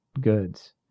goods